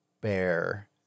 bear